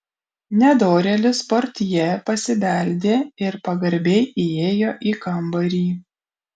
nedorėlis portjė pasibeldė ir pagarbiai įėjo į kambarį